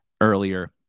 earlier